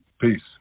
Peace